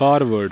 forward